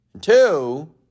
Two